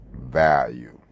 value